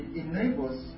enables